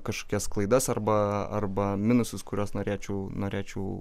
kažkokias klaidas arba arba minusus kuriuos norėčiau norėčiau